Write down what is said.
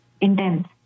intense